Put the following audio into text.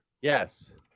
Yes